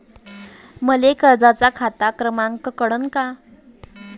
मले कर्जाचा खात क्रमांक कळन का?